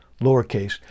lowercase